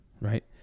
right